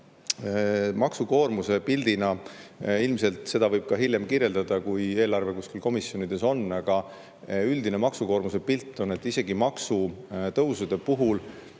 maksukoormusest ka. Ilmselt seda võib ka hiljem kirjeldada, kui eelarve kuskil komisjonides on, aga üldine maksukoormuse pilt on, et isegi maksutõusude puhul